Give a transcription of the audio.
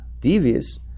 devious